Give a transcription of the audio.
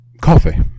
Coffee